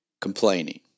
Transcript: complaining